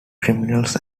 criminals